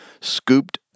scooped